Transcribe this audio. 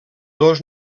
dos